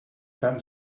tan